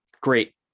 great